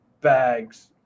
bags